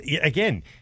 again